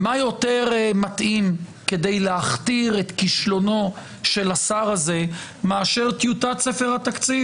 ומה יותר מתאים מלהכתיר את כישלונו של השר הזה מאשר טיוטת ספר התקציב?